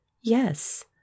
Yes